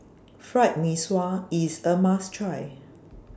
Fried Mee Sua IS A must Try